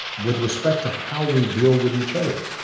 with respect to how we deal with each other,